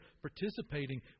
participating